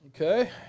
Okay